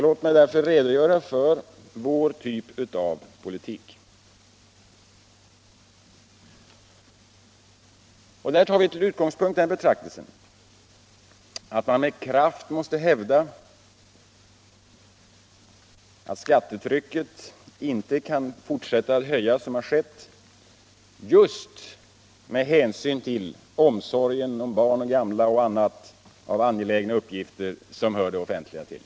Låt mig därför redogöra för vår typ av politik. Vår utgångspunkt är att det med kraft måste hävdas att skattetrycket inte kan tillåtas fortsätta att stiga just med hänsyn till omsorgen om barn och gamla och andra angelägna uppgifter som hör det offentliga till.